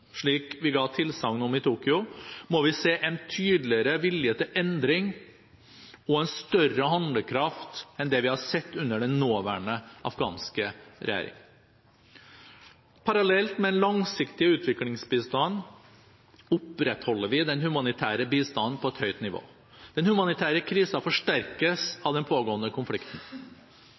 slik vi ga tilsagn om i Tokyo, må vi se en tydeligere vilje til endring og en større handlekraft enn det vi har sett under den nåværende afghanske regjeringen. Parallelt med den langsiktige utviklingsbistanden opprettholder vi den humanitære bistanden på et høyt nivå. Den humanitære krisen forsterkes av den pågående konflikten.